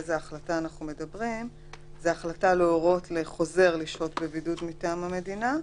ההחלטה שמדובר עליה היא החלטה להורות לחוזר לשהות בבידוד מטעם המדינה,